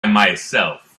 myself